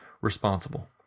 responsible